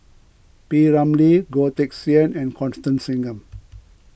P Ramlee Goh Teck Sian and Constance Singam